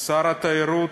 שר התיירות,